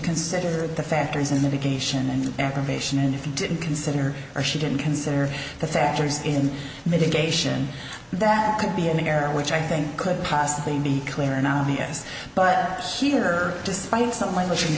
consider the factors and medication and aggravation and if you didn't consider or she didn't consider the factors in mitigation that could be an error which i think could possibly be clearer now the us but here are despite some languishing